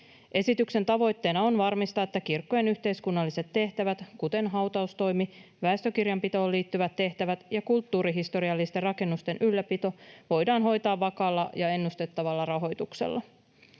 Esityksen tavoitteena on varmistaa, että kirkkojen yhteiskunnalliset tehtävät, kuten hautaustoimi, väestökirjanpitoon liittyvät tehtävät ja kulttuurihistoriallisten rakennusten ylläpito, voidaan hoitaa vakaalla ja ennustettavalla rahoituksella.